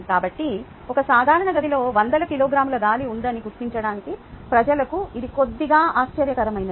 కాబట్టి ఒక సాధారణ గదిలో వందల కిలోగ్రాముల గాలి ఉందని గుర్తించడానికి ప్రజలకు ఇది కొద్దిగా ఆశ్చర్యకరమైనది